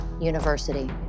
University